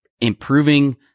improving –